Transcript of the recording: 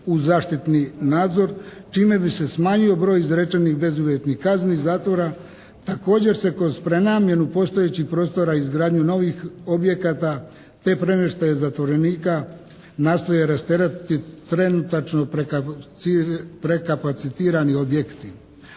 uz zaštitni nadzor, čime bi se smanjio broj izrečenih bezuvjetnih kazni zatvora. Također se kroz prenamjenu postojećih prostora i izgradnju novih objekata, te premještaja zatvorenika nastoje rasteretiti trenutačno prekapacitirani objekti,